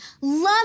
love